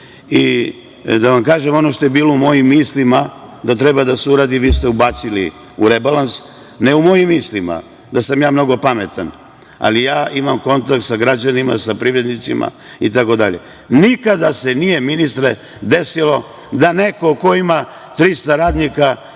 i da vam kažem da ono što je bilo u mojim mislima vi ste ubacili u rebalans. Ne u mojim mislima da sam ja mnogo pametan, ali ja imam kontakt sa građanima, sa privrednicima itd. Nikada se nije, ministre, desilo da neko ko ima 300 radnika